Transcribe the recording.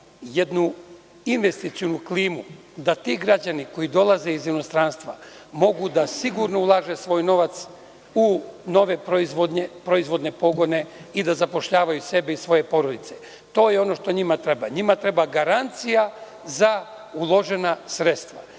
jednu investicionu klimu da ti građani koji dolaze iz inostranstva mogu da sigurno ulažu svoj novac u nove proizvodne pogone i da zapošljavaju sebe i svoje porodice. To je ono što njima treba. Njima treba garancija za uložena sredstva